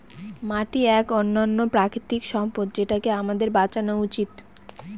মাটি এক অনন্য প্রাকৃতিক সম্পদ যেটাকে আমাদের বাঁচানো উচিত